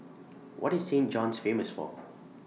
What IS Saint John's Famous For